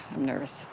i'm nervous.